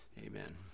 Amen